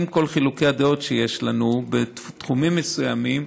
עם כל חילוקי הדעות שיש לנו בתחומים מסוימים,